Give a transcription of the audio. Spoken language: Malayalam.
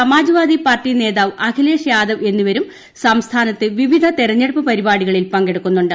സമാജ്വാദി പാർട്ടി നേതാവ് അഖിലേഷ് യാദവ് എന്നിവരും സംസ്ഥാനത്ത് വിവിധ തെരഞ്ഞെടുപ്പ് പരിപാടികളിൽ പങ്കെടുക്കുന്നുണ്ട്